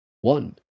One